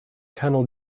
colonel